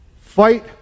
Fight